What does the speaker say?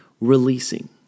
releasing